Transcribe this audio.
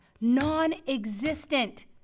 non-existent